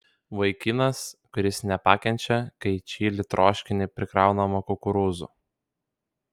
vaikinas kuris nepakenčia kai į čili troškinį prikraunama kukurūzų